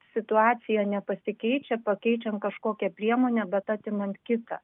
situacija nepasikeičia pakeičiant kažkokią priemonę bet atimant kitą